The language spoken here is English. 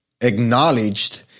acknowledged